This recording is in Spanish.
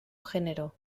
género